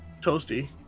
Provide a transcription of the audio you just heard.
Toasty